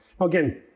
Again